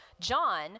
John